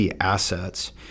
assets